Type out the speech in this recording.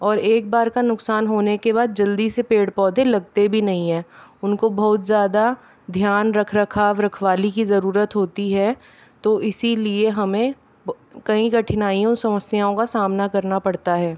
और एक बार का नुकसान होने के बाद जल्दी से पेड़ पौधे लगते भी नहीं है उनको बहुत ज्यादा ध्यान रख रखाव रखवाली की जरूरत होती है तो इसीलिए हमें कई कठनाइयों और समस्याओं का सामना करना पड़ता है